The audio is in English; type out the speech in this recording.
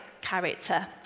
character